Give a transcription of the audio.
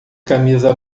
camisa